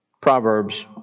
Proverbs